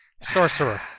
Sorcerer